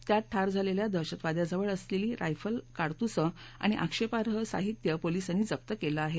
त्यात ठार झालेल्या दहशतवादयाजवळ असलेली रायफल काडतुसं आणि आक्षेपार्ह साहित्य पोलीसांनी जप्त केलं आहे